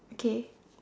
okay